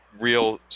real